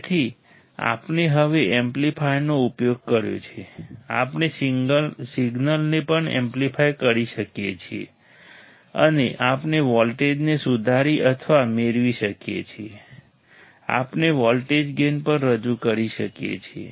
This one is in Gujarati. તેથી આપણે હવે એમ્પ્લીફાયરનો ઉપયોગ કર્યો છે આપણે સિગ્નલને પણ એમ્પ્લીફાય કરી શકીએ છીએ અને આપણે વોલ્ટેજને સુધારી અથવા મેળવી શકીએ છીએ આપણે વોલ્ટેજ ગેઇન પણ રજૂ કરી શકીએ છીએ